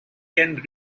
can